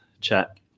chat